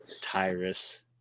Tyrus